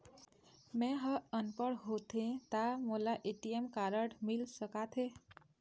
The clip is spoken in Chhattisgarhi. मैं ह अनपढ़ होथे ता मोला ए.टी.एम कारड मिल सका थे?